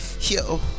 yo